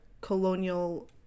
colonial